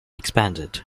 expanded